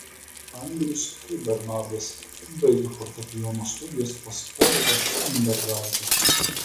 andrius kaip bernardas baigė fortepijono studijas pas olgą šteinbergaitę